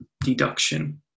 deduction